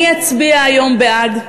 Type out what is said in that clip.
אני אצביע היום בעד,